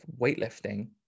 weightlifting